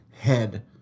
head